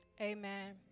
amen